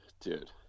dude